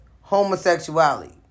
homosexuality